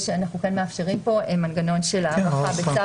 אנחנו כאן מאפשרים מנגנון של הארכה בצו,